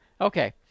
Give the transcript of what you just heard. Okay